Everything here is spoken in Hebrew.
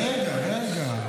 רגע, רגע.